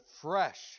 fresh